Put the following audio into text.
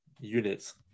units